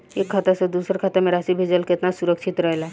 एक खाता से दूसर खाता में राशि भेजल केतना सुरक्षित रहेला?